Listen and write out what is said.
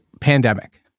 pandemic